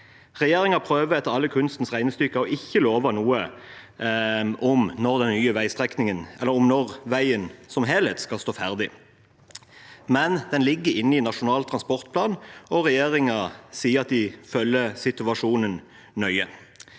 Regjeringen prøver etter alle kunstens regler å ikke love noe om når veien i sin helhet skal stå ferdig, men den ligger inne i Nasjonal transportplan, og regjeringen sier at de følger situasjonen nøye.